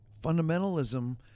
fundamentalism